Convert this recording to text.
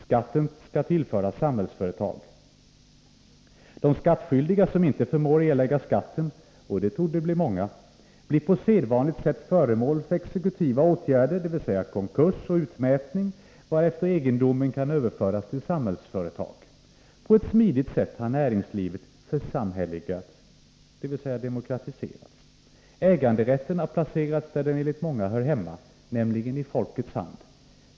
Skatten skall tillföras Samhällsföretag. De skattskyldiga som inte förmår erlägga skatten — och det torde bli många — blir på sedvanligt sätt föremål för exekutiva åtgärder, dvs. konkurs och utmätning, varefter egendomen kan överföras till Samhällsföretag. På ett smidigt sätt har näringslivet ”församhälleligats”, dvs. demokratiserats. Äganderätten har placerats där den enligt många hör hemma, nämligen i folkets hand.